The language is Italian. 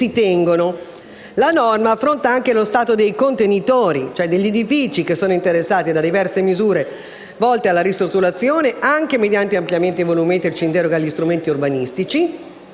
La normativa affronta anche il tema dello stato dei contenitori, cioè degli edifici che sono interessati da diverse misure volte alla ristrutturazione, anche mediante ampliamenti volumetrici in deroga agli strumenti urbanistici